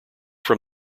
from